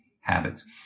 habits